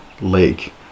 lake